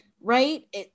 right